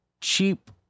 cheap